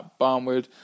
Barnwood